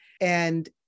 and-